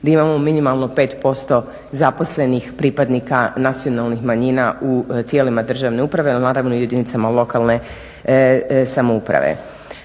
da imamo minimalno 5% zaposlenih pripadnika nacionalnih manjima u tijelima državne uprave jer naravno u jedinicama lokalne samouprave.